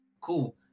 Cool